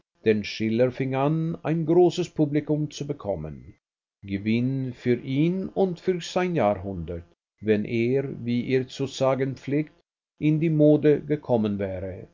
denn schiller fing an ein großes publikum zu bekommen gewinn für ihn und für sein jahrhundert wenn er wie ihr zu sagen pflegt in die mode gekommen wäre